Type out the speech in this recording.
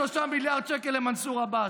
53 מיליארד שקל למנסור עבאס.